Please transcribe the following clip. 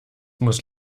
muss